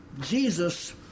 Jesus